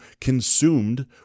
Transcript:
consumed